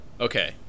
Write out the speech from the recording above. Okay